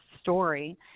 story